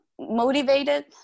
motivated